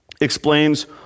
explains